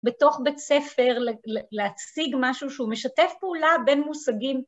בתוך בית ספר להציג משהו שהוא משתף פעולה בין מושגים.